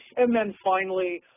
and then finally,